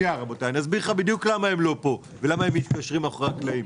אני אסביר לך בדיוק למה הם לא כאן ולמה הם מתקשרים מאחורי הקלעים,